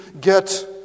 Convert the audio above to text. get